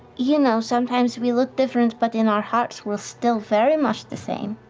you know, sometimes we look different, but in our hearts, we're still very much the same.